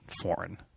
foreign